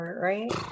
right